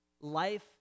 life